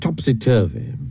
Topsy-Turvy